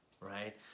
right